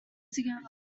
together